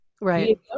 Right